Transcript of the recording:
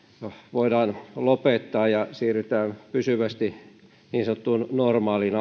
voidaan lopettaa ja siirrytään pysyvästi niin sanottuun normaaliin